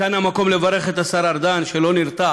כאן המקום לברך את השר ארדן, שלא נרתע